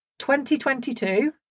2022